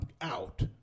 out